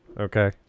Okay